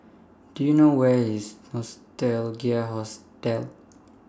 Do YOU know Where IS Nostalgia Hostel